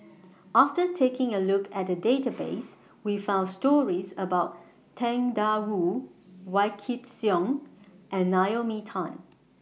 after taking A Look At The Database We found stories about Tang DA Wu Wykidd Song and Naomi Tan